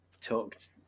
talked